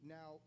Now